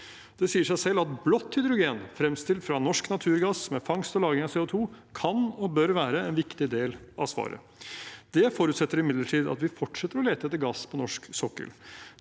Det sier seg selv at blått hydrogen, fremstilt fra norsk naturgass, med fangst og lagring av CO2, kan og bør være en viktig del av svaret. Det forutsetter imidlertid at vi fortsetter å lete etter gass på norsk sokkel.